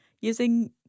using